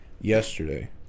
yesterday